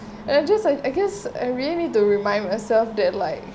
and I just like I guess I really need to remind myself that like